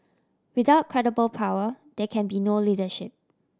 without credible power there can be no leadership